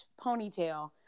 ponytail